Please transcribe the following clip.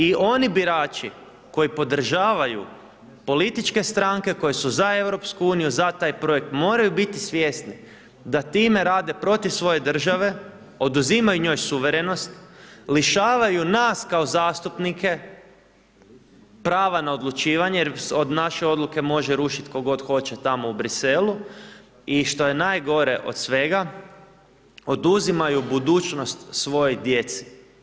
I oni birači koji podržavaju političke stranke koje su za EU, za taj projekt, moraju biti svjesni da time rade protiv svoje države, oduzimaju njoj suverenost, lišavaju nas kao zastupnike prava na odlučivanje jer naše odluke moje rušiti tko god hoće tamo u Bruxellesu i što je najgore od svega, oduzimaju budućnost svojoj djeci.